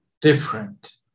different